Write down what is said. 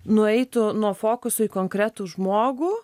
nueitų nuo fokuso į konkretų žmogų